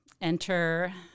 enter